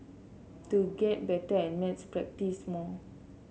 to get better at maths practise more